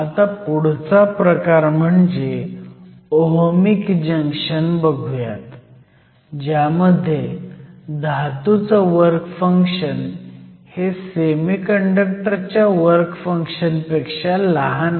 आता पुढचा प्रकार म्हणजे ओहमीक जंक्शन बघुयात ज्यामध्ये धातूचं वर्क फंक्शन हे सेमीकंडक्टर च्या वर्क फंक्शन पेक्षा लहान आहे